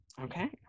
Okay